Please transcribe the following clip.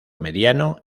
mediano